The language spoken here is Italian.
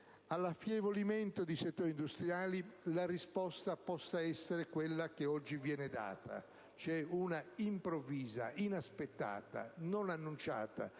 dell'affievolimento di settori industriali la risposta possa essere quella che oggi viene data. C'è un'improvvisa, inaspettata, non annunciata,